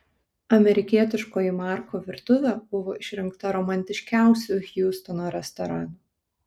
amerikietiškoji marko virtuvė buvo išrinkta romantiškiausiu hjustono restoranu